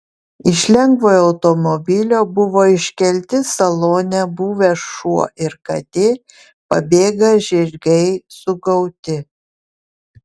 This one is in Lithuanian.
iš lengvojo automobilio buvo iškelti salone buvę šuo ir katė pabėgę žirgai sugauti